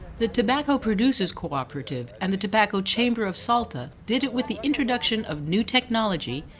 the tobacco producers' cooperative and the tobacco chamber of salta did it with the introduction of new technology,